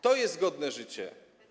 To jest godne życie.